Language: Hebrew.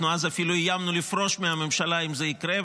אז אנחנו אפילו איימנו לפרוש מהממשלה אם זה יקרה,